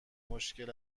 مشکل